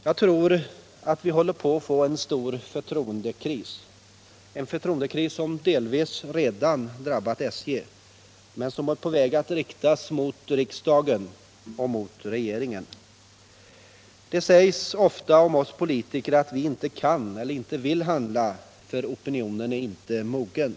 Jag tror att vi håller på att få en stor förtroendekris — en förtroendekris som delvis redan har drabbat SJ men som är på väg att riktas mot riksdagen, mot regeringen och mot kommunikationsministern. Det sägs ofta om oss politiker att vi inte kan eller vill handla, därför att opinionen inte är mogen.